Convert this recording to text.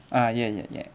ah ya ya ya